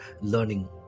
learning